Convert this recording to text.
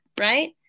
Right